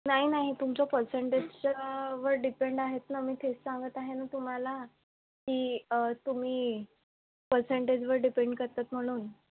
नाही नाही तुमच्या पर्सेंटेजच्यावर डिपेंड आहेत ना मी तेच सांगत आहे ना तुम्हाला की तुम्ही पर्सेंटेजवर डिपेंड करतात म्हणून